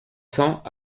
cents